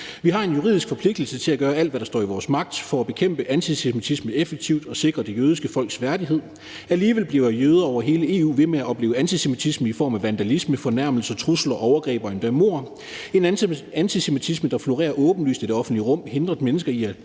har en juridisk forpligtelse til at gøre alt, hvad der står i deres magt, for at bekæmpe antisemitisme effektivt og sikre det jødiske folks værdighed. Alligevel bliver jøder over hele EU ved med at opleve antisemitisme i form af vandalisme, fornærmelser, trusler, overgreb og endda mord. En antisemitisme, der florerer åbenlyst i det offentlige rum, hindrer mennesker i at